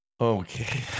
Okay